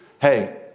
Hey